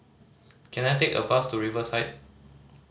can I take a bus to Riverside